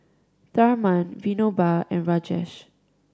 Tharman Vinoba and Rajesh